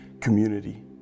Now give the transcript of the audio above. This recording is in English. community